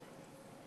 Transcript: וחברת